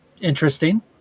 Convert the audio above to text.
interesting